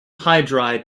hydride